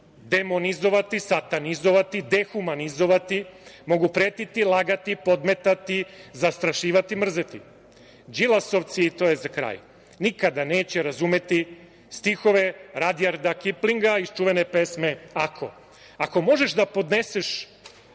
demonizovati, satanizovati, dehumanizovati, mogu pretiti, lagati, podmetati, zastrašivati, mrzeti. I za kraj, Đilasovci nikada neće razumeti stihove Radjarda Kiplinga iz čuvene pesme „Ako“ – Ako možeš da podneseš